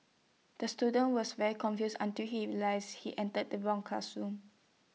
the student was very confused until he realised he entered the wrong classroom